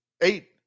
eight